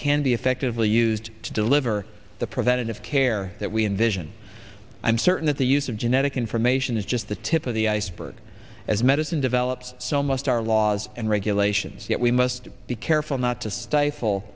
be effectively used to deliver the preventative care that we envision i'm certain that the use of genetic information is just the tip of the iceberg as medicine develops so must our laws and regulations that we must be careful not to stifle